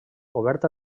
oberta